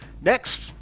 next